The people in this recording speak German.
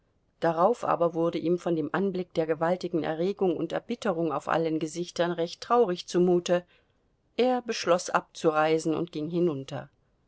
darauf aber wurde ihm von dem anblick dieser gewaltigen erregung und erbitterung auf allen gesichtern recht traurig zumute er beschloß abzureisen und ging hinunter